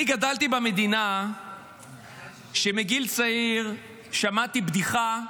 אני גדלתי במדינה בה מגיל צעיר שמעתי בדיחה,